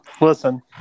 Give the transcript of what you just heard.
Listen